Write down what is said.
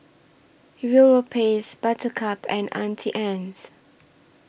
Europace Buttercup and Auntie Anne's